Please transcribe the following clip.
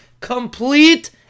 complete